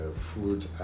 food